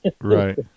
right